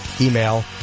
email